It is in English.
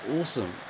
Awesome